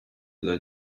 dla